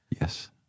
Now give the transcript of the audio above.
yes